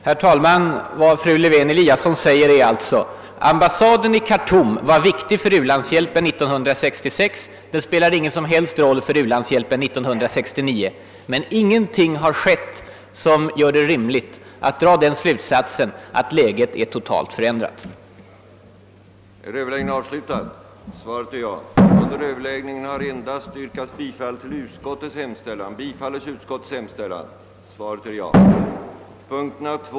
Herr talman! Vad fru Lewén-Eliasson säger är alltså följande: Ambassaden i Khartoum var viktig för u-landshjälpen 1966, men den spelar ingen som helst roll för u-landshjälpen 1969. Men ingenting har skett som gör det rimligt att påstå att läget är totalt förändrat på den här punkten.